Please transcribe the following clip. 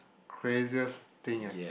craziest thing ah